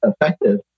effective